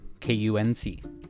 KUNC